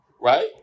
right